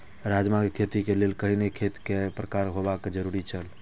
राजमा के खेती के लेल केहेन खेत केय प्रकार होबाक जरुरी छल?